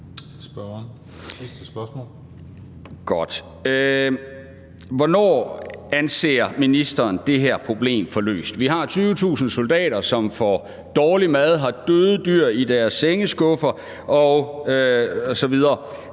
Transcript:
Hvornår anser ministeren det her problem for løst? Vi har 20.000 soldater, som får dårlig mad, har døde dyr i deres sengeskuffer osv.